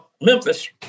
Memphis